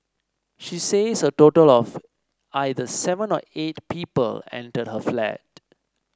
she says a total of either seven or eight people entered her flat